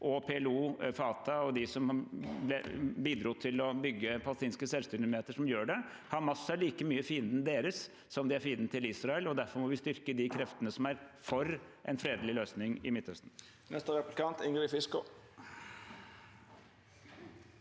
og PLO, Fatah og de som bidro til å bygge palestinske selvstyremyndigheter, som gjør det. Hamas er like mye fienden deres som de er fienden til Israel, og derfor må vi styrke de kreftene som er for en fredelig løsning i Midtøsten.